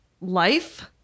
life